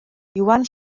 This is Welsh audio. iwan